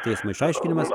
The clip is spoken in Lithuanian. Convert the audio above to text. teismo išaiškinimas